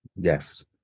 Yes